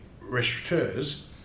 restaurateurs